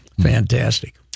Fantastic